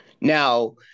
now